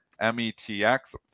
METX